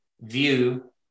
view